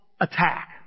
attack